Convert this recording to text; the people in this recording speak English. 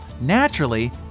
naturally